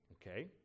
Okay